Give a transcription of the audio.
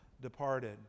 departed